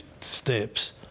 steps